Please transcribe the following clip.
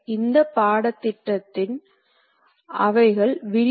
இதில் மிகவும் பொதுவான செயல் திருப்புதல் காண முடியும்